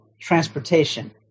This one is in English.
transportation